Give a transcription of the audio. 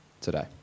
today